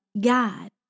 God